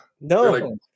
No